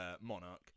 monarch